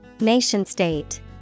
Nation-state